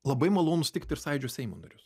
labai malonu sutikt ir sąjūdžio seimo narius